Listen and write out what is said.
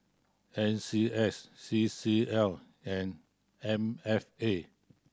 N C S C C L and M F A